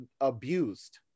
abused